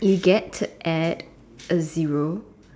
you get at a zero